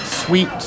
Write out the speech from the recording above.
sweet